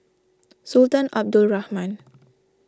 Sultan Abdul Rahman